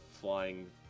flying